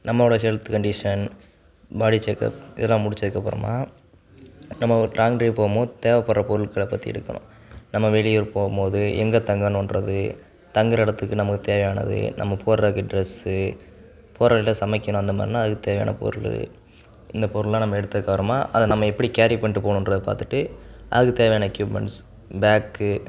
நம்மளோடய health condition body checkup இதெல்லாம் முடித்ததுக்கு அப்புறமா நம்ம ஒரு லாங் ட்ரைவ் போகும் போது தேவைப்பட்ற பொருட்களை பார்த்து எடுக்கணும் நம்ம வெளியே போகும் போது எங்கே தங்கணும்ன்றது தங்குகிற இடத்துக்கு நமக்குத் தேவையானது நம்ம போடுறதுக்கு ட்ரெஸ்ஸு போகிற வழில சமைக்கணும் அந்த மாதிரின்னா அதுக்குத் தேவையான பொருள் இந்த பொருள்லாம் நம்ம எடுத்தக்கப்புறமா அதை நம்ம எப்படி கேரி பண்ணிட்டு போகணுன்றது பார்த்துட்டு அதுக்கு தேவையான எக்யூப்மெண்ட்ஸ் பேக்கு